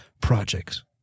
projects